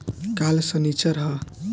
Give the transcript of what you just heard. काल्ह सनीचर ह